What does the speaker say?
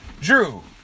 Drew